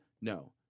No